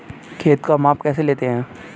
खेत का माप कैसे लेते हैं?